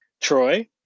Troy